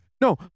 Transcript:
No